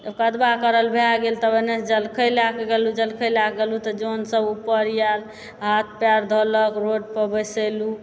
जब कदबा करल भए गेल तब एनयसँ जलखै लयके गेलहुँ जलखै लयके गेलहुँ तऽ जनसभ उपर आयल हाथ पयर धोलक रोड पर बसियलुँ